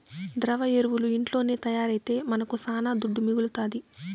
ద్రవ ఎరువులు ఇంట్లోనే తయారైతే మనకు శానా దుడ్డు మిగలుతాది